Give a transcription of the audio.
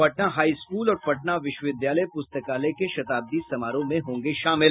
Patna high school और पटना विश्वविद्यालय पुस्तकालय के शताब्दी समारोह में होंगे शामिल